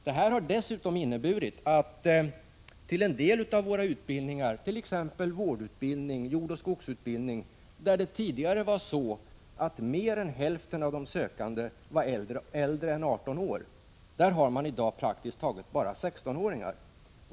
Det har dessutom inneburit att till en del av utbildningarna, t.ex. vårdutbildning eller jordoch skogsutbildning, där tidigare mer än hälften av de sökande var äldre än 18 år, har man i dag praktiskt taget bara 16-åringar.